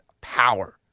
power